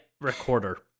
recorder